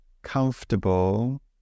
comfortable